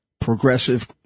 progressive